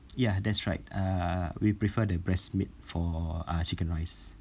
yeah that's right uh we prefer the breast meat for uh chicken rice